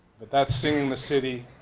but that's singing the city.